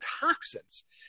toxins